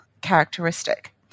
characteristic